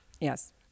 Yes